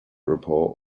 report